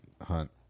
hunt